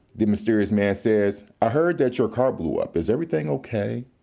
the mysterious man says, i heard that your car blew up. is everything okay?